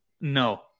No